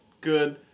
good